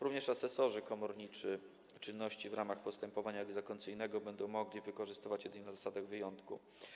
Również asesorzy komorniczy czynności w ramach postępowania egzekucyjnego będą mogli wykonywać jedynie na zasadach wyjątku.